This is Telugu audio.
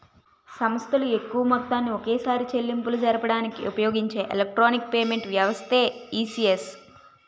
సంస్థలు ఎక్కువ మొత్తాన్ని ఒకేసారి చెల్లింపులు జరపడానికి ఉపయోగించే ఎలక్ట్రానిక్ పేమెంట్ వ్యవస్థే ఈ.సి.ఎస్